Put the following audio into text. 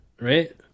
Right